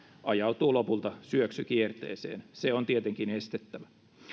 ajautuu lopulta syöksykierteeseen se on tietenkin estettävä